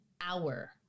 hour